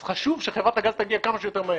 אז חשוב שחברת הגז תגיע כמה שיותר מהר.